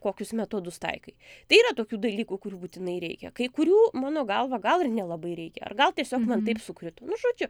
kokius metodus taikai tai yra tokių dalykų kurių būtinai reikia kai kurių mano galva gal ir nelabai reikia ar gal tiesiog man taip sukrito nu žodžiu